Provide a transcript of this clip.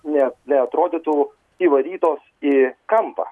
ne neatrodytų įvarytos į kampą